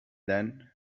then